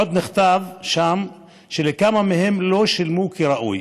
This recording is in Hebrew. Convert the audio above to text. עוד נכתב שם שלכמה מהם לא שילמו כראוי,